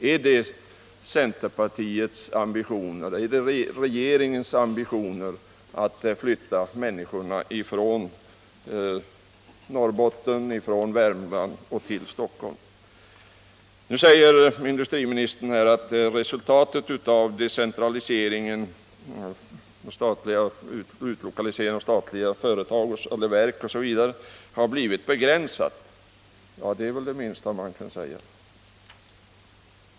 Är det ett uttryck för centerpartiets och regeringens ambitioner att flytta människorna från Norrbotten och från Värmland till Stockholm? Industriministern säger att utlokaliseringen av statliga företag och verk totalt sett har skett i begränsad omfattning. Ja, det är väl det minsta man kan säga!